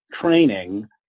training